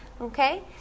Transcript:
okay